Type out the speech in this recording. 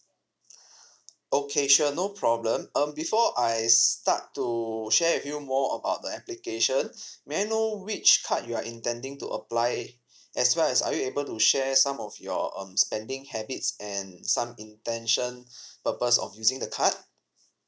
okay sure no problem um before I start to share with you more about the application may I know which card you are intending to apply as well as are you able to share some of your um spending habits and some intention purpose of using the card